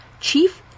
Chief